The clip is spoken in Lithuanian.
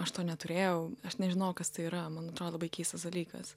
aš to neturėjau aš nežinojau kas tai yra man atrodo labai keistas dalykas